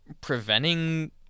preventing